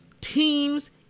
teams